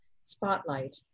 spotlight